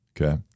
Okay